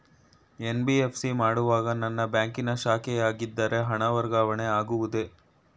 NBFC ಮಾಡುವಾಗ ನನ್ನ ಬ್ಯಾಂಕಿನ ಶಾಖೆಯಾಗಿದ್ದರೆ ಹಣ ವರ್ಗಾವಣೆ ಆಗುವುದೇ?